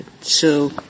So-